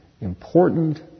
important